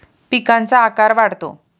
पिकांचा आकार वाढतो